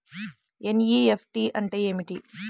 NEFT అంటే ఏమిటి?